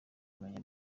kumenya